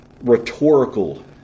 rhetorical